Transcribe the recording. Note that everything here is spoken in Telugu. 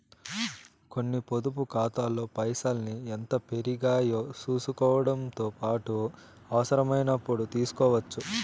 కొన్ని పొదుపు కాతాల్లో పైసల్ని ఎంత పెరిగాయో సూసుకోవడముతో పాటు అవసరమైనపుడు తీస్కోవచ్చు